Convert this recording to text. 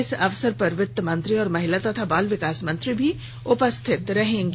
इस अवसर पर वित्त मंत्री और महिला तथा बाल विकास मंत्री भी उपस्थित रहेंगी